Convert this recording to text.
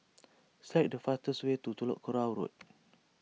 select the fastest way to Telok Kurau Road